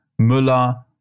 Müller